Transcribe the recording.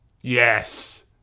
yes